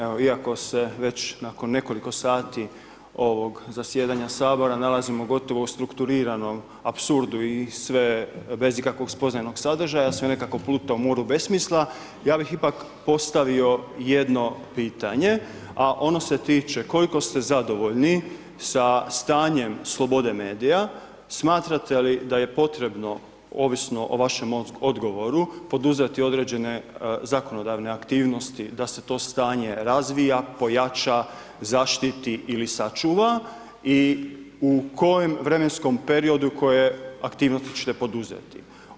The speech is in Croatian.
Evo, iako se već nakon nekoliko sati ovog zasjedanja Sabora nalazimo gotovo u strukturiranom apsurdu i sve bez ikakvog spoznanog sadržaja, sve nekako plutamo u moru besmisla, ja bih ipak postavio jedno pitanje, a ono se tiče, koliko ste zadovoljni sa stanjem slobode medija, smatrate li da je potrebno, ovisno o vašem odgovoru, poduzeti određene zakonodavne aktivnosti da se to stanje razvija, pojača, zaštiti ili sačuva i u kojem vremenskom periodu koje aktivnosti ćete poduzeti?